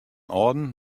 âlden